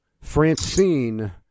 Francine